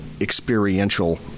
experiential